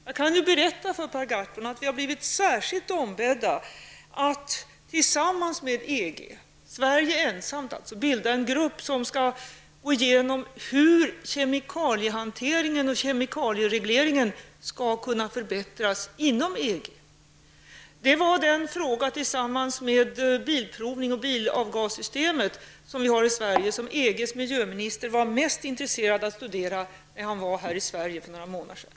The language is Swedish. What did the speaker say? Jag kan berätta för Per Gahrton att endast vi från Sverige har blivit särskilt ombedda att tillsammans med EG bilda en grupp som skall gå igenom hur kemikaliehanteringen och kemikalieregleringen skall kunna förbättras inom EG. Det var den fråga, tillsammans med Bilprovningen och det bilavgassystem som vi har i Sverige, som EGs miljöminister var mest intresserad av att studera när han var här i Sverige för några månader sedan.